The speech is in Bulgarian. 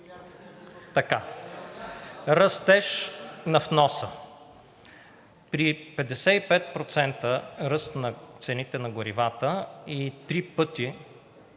Растеж на вноса. При 55% ръст на цените на горивата и три пъти